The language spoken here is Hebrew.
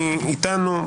מי איתנו,